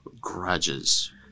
grudges